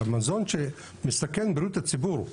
אלא מזון שמסכן את בריאות הציבור.